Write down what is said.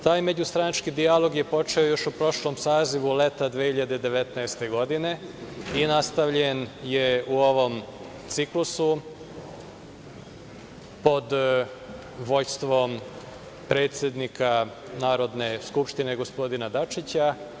Taj međustranački dijalog je počeo još u prošlom sazivu, leta 2019. godine, i nastavljen je u ovom ciklusu pod vođstvom predsednika Narodne skupštine gospodina Dačića.